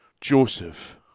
Joseph